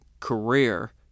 career